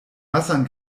wassern